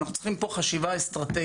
אנחנו צריכים פה חשיבה אסטרטגית.